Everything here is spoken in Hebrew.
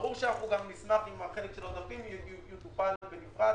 ברור שאנחנו גם נשמח אם החלק של העודפים יטופל בנפרד,